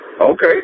Okay